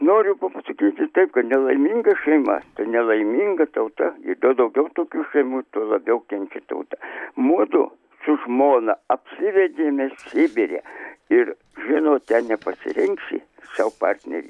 noriu pa pasakyti taip kad nelaiminga šeima tai nelaiminga tauta ir daugiau tokių šeimų tuo labiau kenčia tauta mudu su žmona apsivedėm mes sibire ir žinot ten nepasirinksi sau partnerį